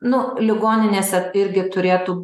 nu ligoninėse irgi turėtų